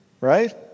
Right